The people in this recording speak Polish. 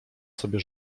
sobie